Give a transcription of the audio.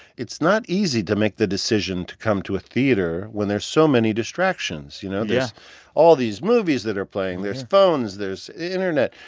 it's not easy to make the decision to come to a theater when there's so many distractions, you know? yeah there's all these movies that are playing. there's phones. there's internet.